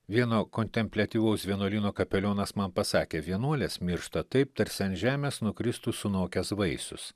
vieno kontempliatyvaus vienuolyno kapelionas man pasakė vienuolis miršta taip tarsi ant žemės nukristų sunokęs vaisius